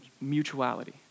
mutuality